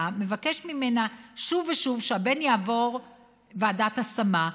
מבקש ממנה שוב ושוב שהבן יעבור ועדת השמה.